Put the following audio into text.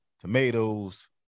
tomatoes